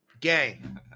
gang